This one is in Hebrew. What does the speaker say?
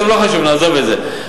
טוב, לא חשוב, נעזוב את זה.